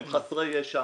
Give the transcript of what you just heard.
הם חסרי ישע,